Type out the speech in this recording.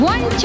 One